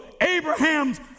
Abraham's